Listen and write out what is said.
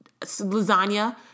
lasagna